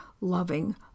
loving